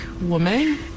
woman